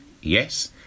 yes